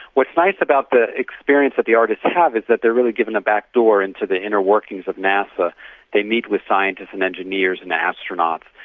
what's nice about the experience that the artists and have is that they are really given a back door into the inner workings of nasa they meet with scientists and engineers and astronauts,